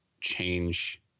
change